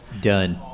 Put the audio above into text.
done